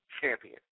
champion